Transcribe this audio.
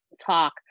talk